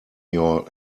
your